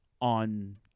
on